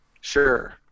Sure